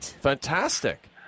fantastic